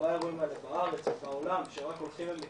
באירועים האלה בארץ ובעולם שרק הולכים ומתרחבים,